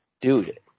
dude